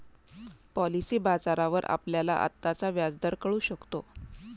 policy बाजारावर आपल्याला आत्ताचा व्याजदर कळू शकतो